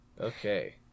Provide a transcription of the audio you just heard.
Okay